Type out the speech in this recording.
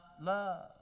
love